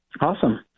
Awesome